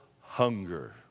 hunger